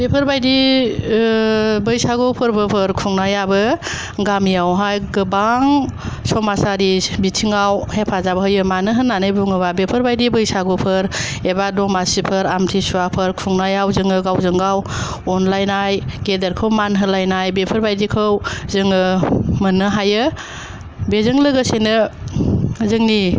बेफोरबायदि ओ बैसागु फोरबोफोर खुंनायआबो गामिआवहाय गोबां समाजारि बिथिङाव हेफाजाब होयो मानो होननानै बुङोबा बेफोरबायदि बैसागुफोर एबा दमासिफोर आमथिसुवाफोर खुंनायाव जोङो गावजों गाव अनलायनाय गेदेरखौ मान होलायनाय बेफोरबायदिखौ जोङो मोननो हायो बेजों लोगोसेनो जोंनि